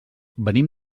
venim